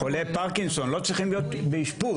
חולי פרקינסון לא צריכים להיות באשפוז.